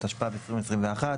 התשפ"ב 2021,